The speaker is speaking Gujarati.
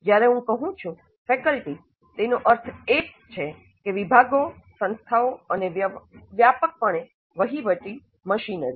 જ્યારે હું કહું છું ફેકલ્ટી તેનો અર્થ પણ એ છે કે વિભાગો સંસ્થા અને વ્યાપકપણે વહીવટી મશીનરી